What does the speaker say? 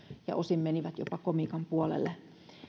ja osin menivät jopa komiikan puolelle